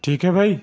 ٹھیک ہے بھائی